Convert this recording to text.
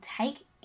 take